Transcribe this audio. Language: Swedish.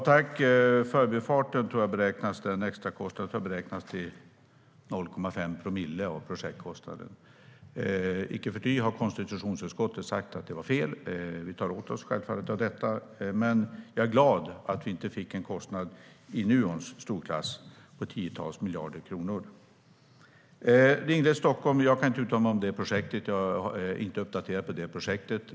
Herr talman! Jag tror att extrakostnaden för Förbifarten beräknades till 0,5 promille av projektkostnaden. Icke förty har konstitutionsutskottet sagt att det var fel. Vi tar självklart åt oss av detta, men jag är glad att vi inte fick en kostnad i Nuons storleksklass på tiotals miljarder kronor. Jag kan inte uttala mig om projektet med en ringled runt Stockholm. Jag är inte uppdaterad på det.